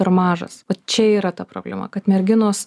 per mažas va čia yra ta problema kad merginos